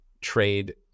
trade